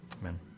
Amen